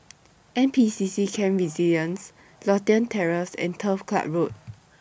N P C C Camp Resilience Lothian Terrace and Turf Club Road